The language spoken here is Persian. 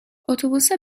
اتوبوس